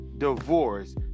Divorce